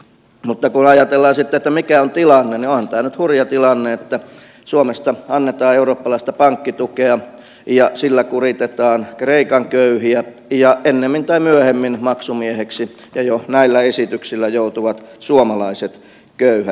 mutta kun ajatellaan sitten että mikä on tilanne niin onhan tämä nyt hurja tilanne että suomesta annetaan eurooppalaista pankkitukea ja sillä kuritetaan kreikan köyhiä ja ennemmin tai myöhemmin ja jo näillä esityksillä maksumieheksi joutuvat suomalaiset köyhät